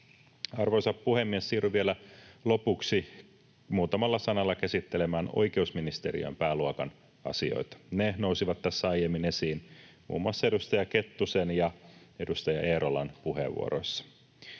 Arvoisa puhemies! Siirryn vielä lopuksi muutamalla sanalla käsittelemään oikeusministeriön pääluokan asioita. Ne nousivat tässä aiemmin esiin muun muassa edustaja Kettusen ja edustaja Eerolan puheenvuoroissa.